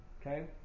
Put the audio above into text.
Okay